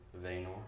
Vaynor